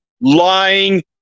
lying